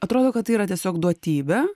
atrodo kad tai yra tiesiog duotybė